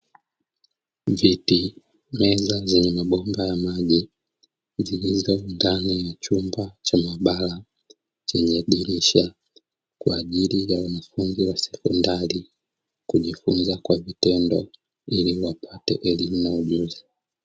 Viti, meza zenye mabomba ya maji zilizo ndani ya chumba cha maabara chenye dirisha kwa ajili ya wanafunzi wa sekondari, kujifunza kwa vitendo iliwapate elimu na ujuzi.